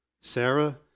Sarah